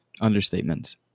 understatement